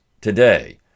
today